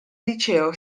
liceo